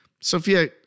Sophia